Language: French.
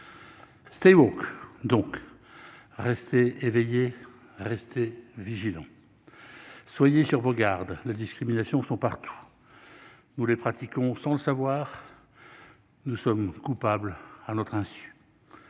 c'était donc rester éveillé, restez vigilants soyez sur vos gardes la discrimination sont partout, nous les pratiquons sans le savoir, nous sommes coupables à notre insu,